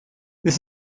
this